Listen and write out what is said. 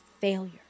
failure